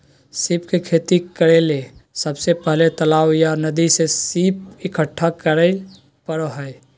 सीप के खेती करेले सबसे पहले तालाब या नदी से सीप इकठ्ठा करै परो हइ